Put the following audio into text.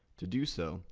to do so,